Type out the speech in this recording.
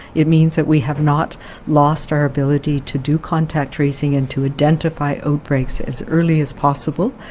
it means that we have not lost our ability to do contact tracing and to identify outbreaks as early as possible,